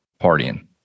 partying